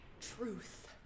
truth